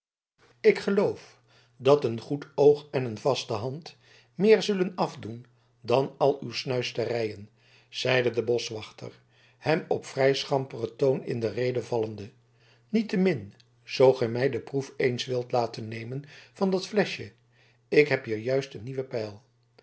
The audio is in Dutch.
ik geloof dat een goed oog en een vaste hand meer zullen afdoen dan al uw snuisterijen zeide de boschwachter hem op vrij schamperen toon in de rede vallende niettemin zoo gij mij de proef eens wilt laten nemen van dat fleschje ik heb hier juist een nieuwen pijl